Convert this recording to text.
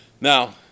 Now